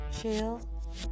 chill